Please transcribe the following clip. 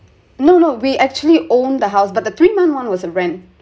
no no we actually owned the house but the three months [one] was a rent